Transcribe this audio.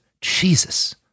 Jesus